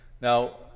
Now